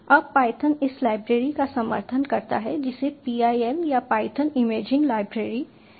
अब पायथन इस लाइब्रेरी का समर्थन करता है जिसे PIL या पायथन इमेजिंग लाइब्रेरी कहा जाता है